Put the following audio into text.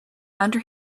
under